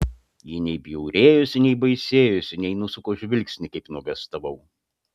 ji nei bjaurėjosi nei baisėjosi nei nusuko žvilgsnį kaip nuogąstavau